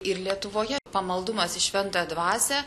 ir lietuvoje pamaldumas į šventąją dvasią